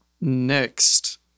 Next